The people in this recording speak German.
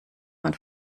man